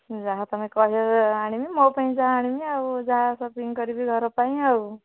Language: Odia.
ଯାହା ତୁମେ କହିବ ଆଣିବି ମୋ ପାଇଁ ଯାହା ଆଣିବି ଆଉ ଯାହା ସପିଙ୍ଗ କରିବି ଘର ପାଇଁ ଆଉ